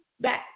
back